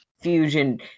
fusion